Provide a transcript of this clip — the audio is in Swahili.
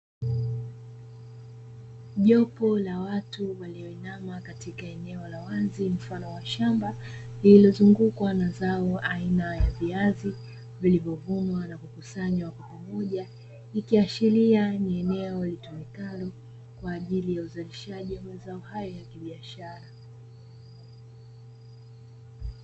Jopo la watu walioinama katika eneo la wazi mfano wa shamba lililozungukwa na zao aina ya viazi vilivyovunwa na kukusanywa kwa pamoja, ikiashiria ni eneo litumikalo kwaajili ya uzalishaji wa mazao hayo ya kibiashara.